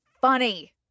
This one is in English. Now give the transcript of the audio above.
funny